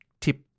tip